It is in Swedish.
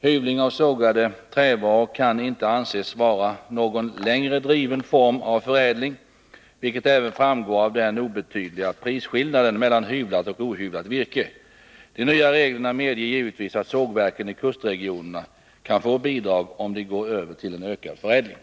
Hyvling av sågade trävaror kan inte anses vara någon längre driven form av förädling, vilket även framgår av den obetydliga prisskillnaden mellan hyvlat och ohyvlat virke. De nya reglerna medger givetvis att sågverken i kustregionerna kan få bidrag, om de går över till en ökad förädling.